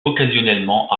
occasionnellement